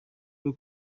bwo